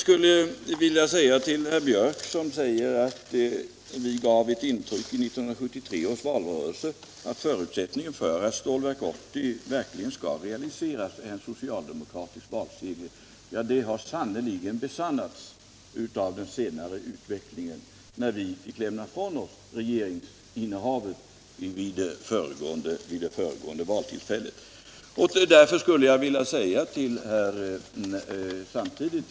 Herr Björck i Nässjö säger att vi gav ett intryck av i 1973 års valrörelse att förutsättningen för att Stålverk 80 verkligen skulle realiseras var en socialdemokratisk valseger. Ja, det har sannerligen besannats av den senare utvecklingen, när vi fick lämna ifrån oss regeringsinnehavet efter valet 1976.